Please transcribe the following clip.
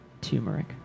Turmeric